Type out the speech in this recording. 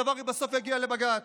הדבר הרי בסוף יגיע לבג"ץ.